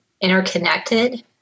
interconnected